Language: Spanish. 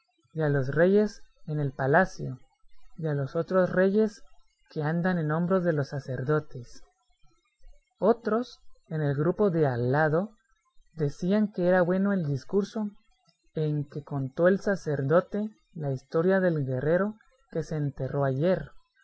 a los reyes en el palacio y a los otros reyes que andan en hombros de los sacerdotes otros en el grupo de al lado decían que era bueno el discurso en que contó el sacerdote la historia del guerrero que se enterró ayer